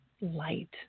light